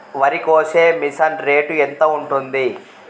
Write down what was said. వరికోసే machine rate ఎంత ఉంటుంది?